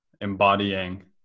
embodying